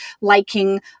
liking